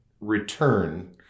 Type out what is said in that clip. return